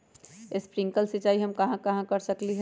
Sprinkle सिंचाई हम कहाँ कहाँ कर सकली ह?